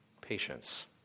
Patience